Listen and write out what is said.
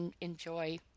enjoy